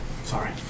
Sorry